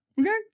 Okay